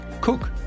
cook